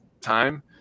time –